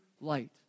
light